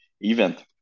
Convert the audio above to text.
event